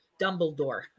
Dumbledore